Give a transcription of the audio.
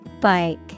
Bike